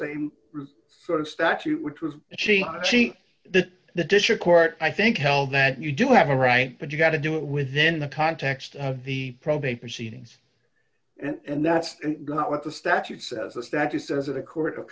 same sort of statute which was she she the the district court i think held that you do have a right but you've got to do it within the context of the probate proceedings and that's not what the statute says a status as a court